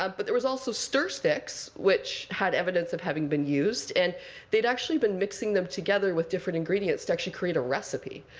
um but there was also stir sticks, which had evidence of having been used. and they had actually been mixing them together with different ingredients to actually create a recipe.